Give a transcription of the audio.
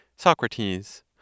SOCRATES